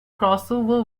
crossover